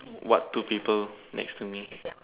what two people next to me